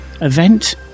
event